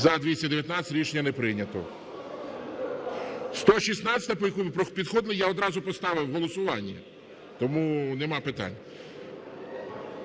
За-219 Рішення не прийнято. 116-а, про яку ви підходили, я одразу поставив на голосування. Тому нема питань.